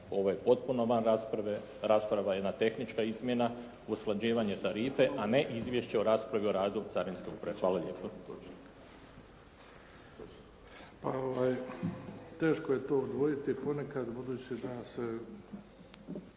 Ovo je potpuno van rasprave, rasprava je jedna tehnička izmjena, usklađivanje tarife a ne izvješće o raspravi o radu carinske uprave. Hvala lijepo. **Bebić, Luka (HDZ)** Teško je to odvojiti ponekad budući da se